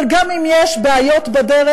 אבל גם אם יש בעיות בדרך,